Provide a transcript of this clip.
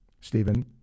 Stephen